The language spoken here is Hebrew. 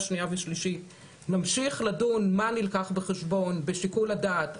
שנייה ושלישית נמשיך לדון מה נלקח בחשבון בשיקול הדעת,